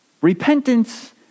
Repentance